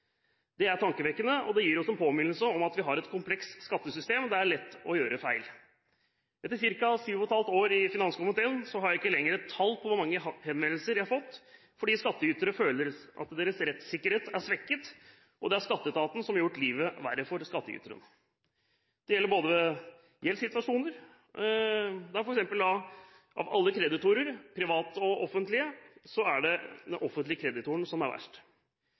Det er tankevekkende, og det gir oss en påminnelse om at vi har et komplekst skattesystem – det er lett å gjøre feil. Etter ca. syv og et halvt år i finanskomiteen har jeg ikke lenger tall på hvor mange henvendelser jeg har fått på grunn av at skattytere føler at deres rettssikkerhet er svekket, og det er skatteetaten som har gjort livet verre for skattyteren. Det gjelder f.eks. gjeldssituasjoner, og av alle kreditorer, private og offentlige, er det de offentlige kreditorene som